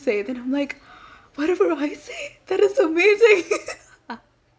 say then I'm like whatever I say that is amazing